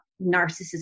narcissism